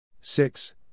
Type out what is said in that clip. six